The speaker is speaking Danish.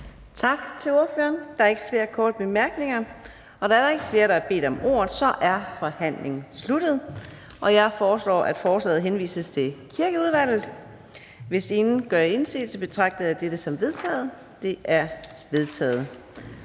Tak til ordføreren. Der er ikke flere korte bemærkninger. Da der ikke er flere, der har bedt om ordet, er forhandlingen sluttet. Jeg foreslår, at forslaget til folketingsbeslutning henvises til Kirkeudvalget. Hvis ingen gør indsigelse, betragter jeg dette som vedtaget. Det er vedtaget.